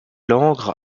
langres